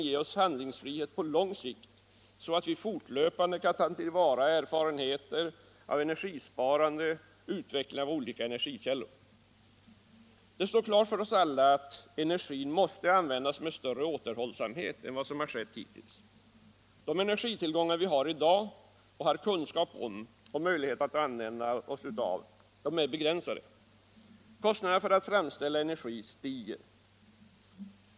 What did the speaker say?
Ge oss handlingsfrihet på lång sikt så att vi fortlöpande kan ta till vara erfarenheterna av energisparande och utvecklingen av olika energikällor. Det står klart för oss alla att energin måste användas med större återhållsamhet än som skett hittills. De energitillgångar vi i dag har kunskap om och möjlighet att använda oss av är begränsade. Kostnaderna för att framställa energi stiger.